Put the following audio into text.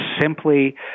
simply